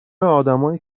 آدمایی